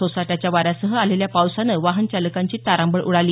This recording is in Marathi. सोसाट्याच्या वाऱ्यासह आलेल्या पावसानं वाहनचालकांची तारांबळ उडाली